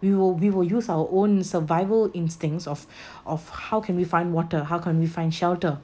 we will we will use our own survival instincts of of how can we find water how can we find shelter